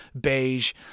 beige